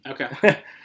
Okay